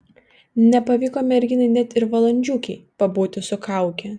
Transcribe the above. nepavyko merginai net ir valandžiukei pabūti su kauke